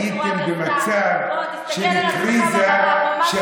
הייתם במצב של קריזה, בוא, תסתכל על עצמך במראה.